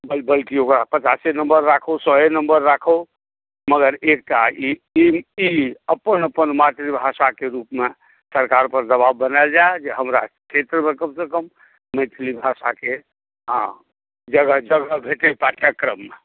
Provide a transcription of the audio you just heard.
बल्कि ओकरा पचासे नम्बर राखहु सए ए नम्बर राखहु मगर एकटा ई अपन अपन मातृभाषाके रूपमे सरकारपर दबाव बनायल जाय जे हमरा क्षेत्रमे कमसँ कम मैथिली भाषाकेँ हँ जगह जगह भेटय पाठ्यक्रममे